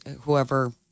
whoever